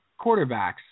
quarterbacks